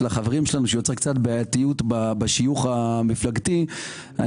שיוצר קצת בעייתיות בשיוך המפלגתי,